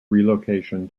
relocation